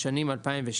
בשנים 2017